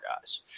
guys